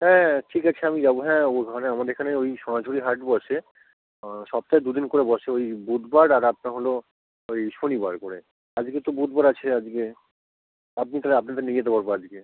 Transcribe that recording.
হ্যাঁ ঠিক আছে আমি যাবো হ্যাঁ ও ঘরে আমাদের এখানে ওই সোনাঝুড়ির হাট বসে সপ্তাহে দুদিন করে বসে ওই বুধ বার আর একটা হলো ওই শনিবার করে আজকে তো বুধবার আছে আজগে আপনি তাহলে আপনাদের নিয়ে যেতে পারবো আজকে